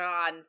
on